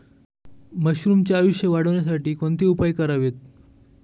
मशरुमचे आयुष्य वाढवण्यासाठी कोणते उपाय करावेत?